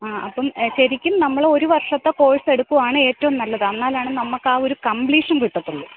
ആ അപ്പം ശരിക്കും നമ്മൾ ഒരു വർഷത്തെ കോഴ്സ് എടുക്കുവാണ് ഏറ്റവും നല്ലത് എന്നാലാണ് നമുക്ക് ആ ഒരു കംപ്ലീഷൻ കിട്ടത്തുള്ളു